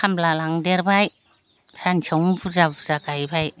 खामला लांदेरबाय सानसेयावनो बुरजा बुरजा गायबाय